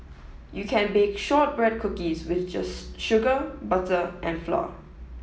you can bake shortbread cookies with just sugar butter and flour